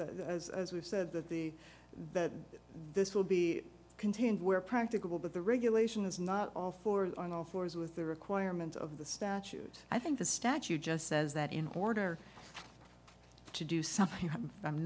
we've said that the that this will be contained where practicable but the regulation is not all for on all fours with the requirements of the statute i think the statute just says that in order to do something i'm